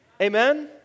Amen